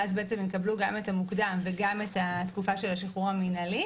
ואז בעצם הם יקבלו גם את המוקדם וגם את התקופה של השחרור המינהלי.